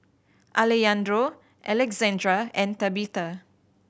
Alejandro Alexandria and Tabetha